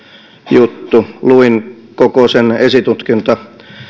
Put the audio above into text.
juttu luin koko sen esitutkinta